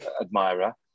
admirer